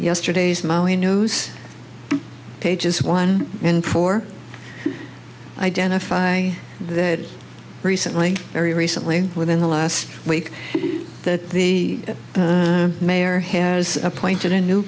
yesterday's maui news pages one and four identify that recently very recently within the last week that the mayor has appointed a new